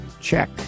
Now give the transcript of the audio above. check